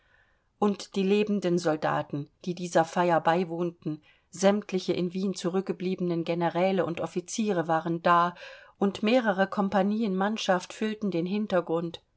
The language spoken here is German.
und die lebenden soldaten die dieser feier beiwohnten sämtliche in wien zurückgebliebenen generäle und offiziere waren da und mehrere compagnien mannschaft füllten den hintergrund